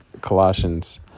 colossians